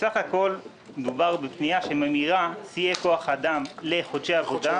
בסך הכול דובר בפנייה שממירה שיאי כוח אדם לחודשי עבודה,